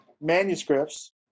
manuscripts